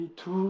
two